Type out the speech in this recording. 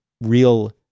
real